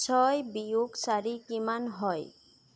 ছয় বিয়োগ চাৰি কিমান হয়